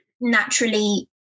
naturally